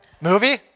Movie